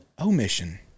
omission